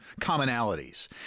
commonalities